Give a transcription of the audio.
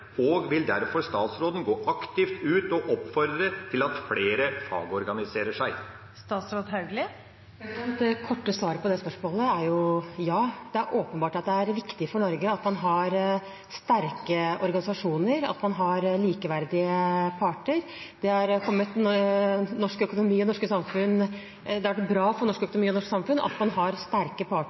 og vil derfor statsråden gå aktivt ut og oppfordre til at flere fagorganiserer seg? Det korte svaret på det spørsmålet er ja. Det er åpenbart at det er viktig for Norge at man har sterke organisasjoner, at man har likeverdige parter. Det har vært bra for norsk økonomi og det norske samfunn at man har sterke parter